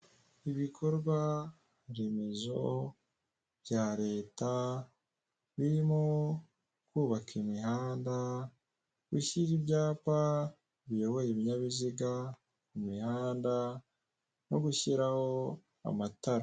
Ibikorwaremezo bya leta birimo kubaka imihanda, gushyira ibyapa biyoboye ibinyabiziga mu mihanda no gushyiraho amatara.